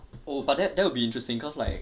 oh but that that would be interesting cause like